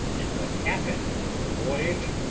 and what happened in their voyage,